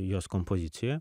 jos kompozicijoje